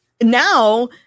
now